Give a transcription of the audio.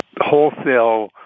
wholesale